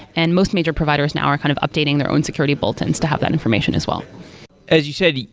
and most major providers now are kind of updating their own security bulletins to have that information as well as you said,